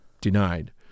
denied